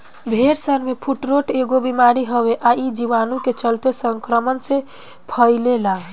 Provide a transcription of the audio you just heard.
भेड़सन में फुट्रोट एगो बिमारी हवे आ इ जीवाणु के चलते संक्रमण से फइले ला